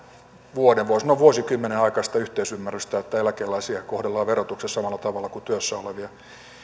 vuoden voi sanoa vuosikymmenen aikaista yhteisymmärrystä että eläkeläisiä kohdellaan verotuksessa samalla tavalla kuin työssä olevia